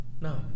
No